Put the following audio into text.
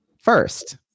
first